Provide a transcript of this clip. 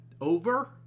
over